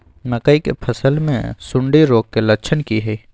मकई के फसल मे सुंडी रोग के लक्षण की हय?